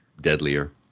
deadlier